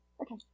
Okay